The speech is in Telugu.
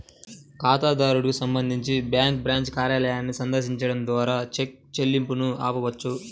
ఖాతాదారుడు సంబంధించి బ్యాంకు బ్రాంచ్ కార్యాలయాన్ని సందర్శించడం ద్వారా చెక్ చెల్లింపును ఆపవచ్చు